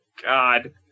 God